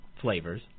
flavors